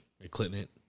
equipment